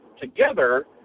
together